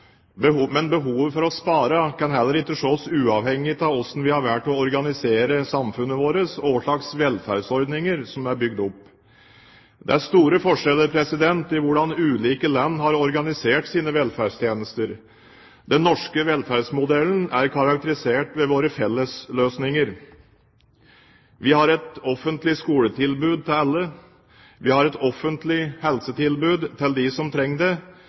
utdanning. Men behovet for å spare kan heller ikke ses uavhengig av hvordan vi har valgt å organisere samfunnet vårt og hvilke velferdsordninger som er bygd opp. Det er store forskjeller med tanke på hvordan de ulike land har organisert sine velferdstjenester. Den norske velferdsmodellen er karakterisert ved våre fellesløsninger. Vi har et offentlig skoletilbud til alle, og vi har et offentlig helsetilbud til dem som trenger det.